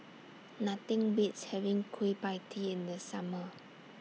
Nothing Beats having Kueh PIE Tee in The Summer